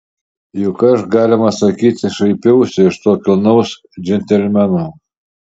juk aš galima sakyti šaipiausi iš to kilnaus džentelmeno